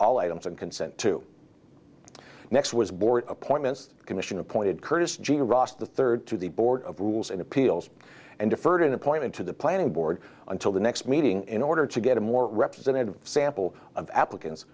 all items and consent to next was board appointments commission appointed curtis jean ross the third to the board of rules and appeals and deferred an appointment to the planning board until the next meeting in order to get a more representative sample of applicants